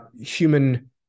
human